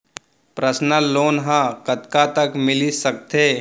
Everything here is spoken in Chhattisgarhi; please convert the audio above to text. पर्सनल लोन ह कतका तक मिलिस सकथे?